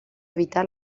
vital